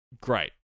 Great